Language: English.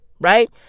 right